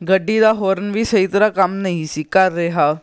ਗੱਡੀ ਦਾ ਹੋਰਨ ਵੀ ਸਹੀ ਤਰ੍ਹਾਂ ਕੰਮ ਨਹੀਂ ਸੀ ਕਰ ਰਿਹਾ